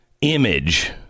image